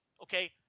okay